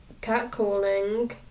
catcalling